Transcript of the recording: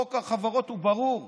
חוק החברות הוא ברור מאוד.